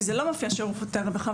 כי לא מופיע שירותי הרווחה,